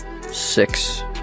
Six